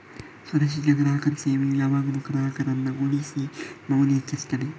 ಸುರಕ್ಷಿತ ಗ್ರಾಹಕರ ಸೇವೆಯು ಯಾವಾಗ್ಲೂ ಗ್ರಾಹಕರನ್ನ ಉಳಿಸಿ ಮೌಲ್ಯ ಹೆಚ್ಚಿಸ್ತದೆ